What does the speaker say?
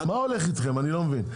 מה הולך איתכם אני לא מבין,